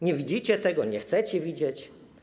Nie widzicie tego, nie chcecie widzieć.